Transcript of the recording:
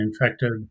infected